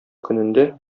көнендә